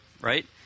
right